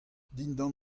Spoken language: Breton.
dindan